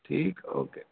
ਠੀਕ ਓਕੇ